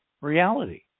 reality